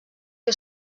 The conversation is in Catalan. que